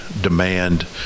Demand